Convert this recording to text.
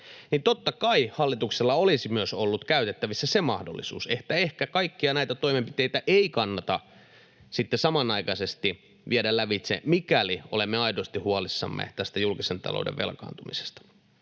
Totta kai hallituksella olisi ollut käytettävissä myös se mahdollisuus, että ehkä kaikkia näitä toimenpiteitä ei kannata sitten samanaikaisesti viedä lävitse, mikäli olemme aidosti huolissamme tästä julkisen talouden velkaantumisesta.